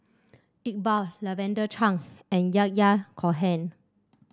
Iqbal Lavender Chang and Yahya Cohen